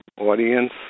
audience